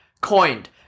coined